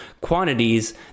quantities